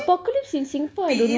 oh my god imagine